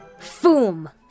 Foom